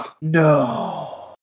No